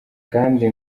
kandi